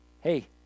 hey